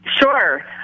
Sure